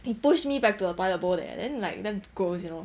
it push me back to the toilet bowl leh then like damn gross you know